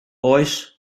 oes